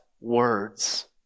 words